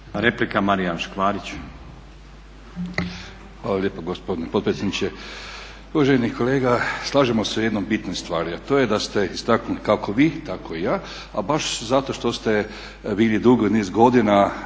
Replika, Marijan Škvarić.